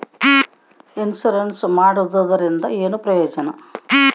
Insurance ಮಾಡ್ಸೋದರಿಂದ ಏನು ಪ್ರಯೋಜನ?